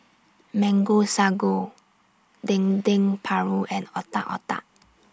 Mango Sago Dendeng Paru and Otak Otak